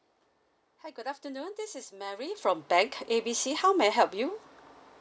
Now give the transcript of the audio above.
hi good afternoon this is mary from bank A B C how may I help you